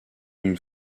une